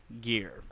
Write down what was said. Gear